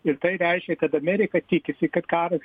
ir tai reiškia kad amerika tikisi kad karas